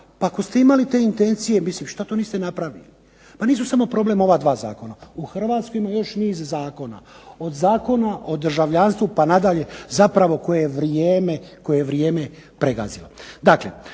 pa ako ste imali te intencije mislim šta to niste napravili. Pa nisu samo problem ova dva zakona. U hrvatskoj ima još niz zakona, od Zakona o državljanstvu pa nadalje, zapravo koje je vrijeme pregazilo.